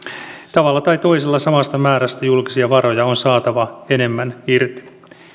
tavalla tai toisella samasta määrästä julkisia varoja on saatava enemmän irti